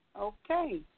Okay